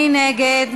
מי נגד?